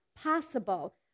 possible